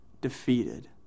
defeated